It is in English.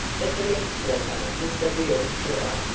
but the next letter was the real thriller,